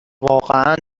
واقعا